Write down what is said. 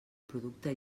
producte